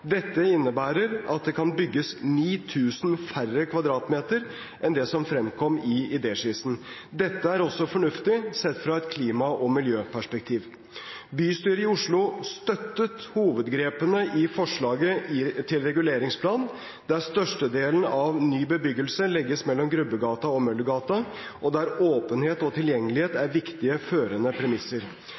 Dette innebærer at det kan bygges 9 000 færre kvadratmeter enn det som fremkom i idéskissene. Dette er også fornuftig sett fra et klima- og miljøperspektiv. Bystyret i Oslo støttet hovedgrepene i forslaget til reguleringsplan, der størstedelen av ny bebyggelse legges mellom Grubbegata og Møllergata, og der åpenhet og tilgjengelighet er viktige førende premisser.